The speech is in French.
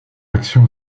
réaction